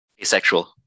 Asexual